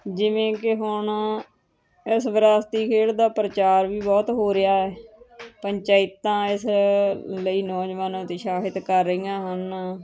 ਜਿਵੇਂ ਕਿ ਹੁਣ ਇਸ ਵਿਰਾਸਤੀ ਖੇਡ ਦਾ ਪ੍ਰਚਾਰ ਵੀ ਬਹੁਤ ਹੋ ਰਿਹਾ ਪੰਚਾਇਤਾਂ ਇਸ ਲਈ ਨੌਜਵਾਨ ਉਤਸ਼ਾਹਿਤ ਕਰ ਰਹੀਆਂ ਹਨ